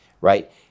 right